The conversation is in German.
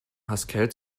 haskell